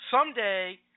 someday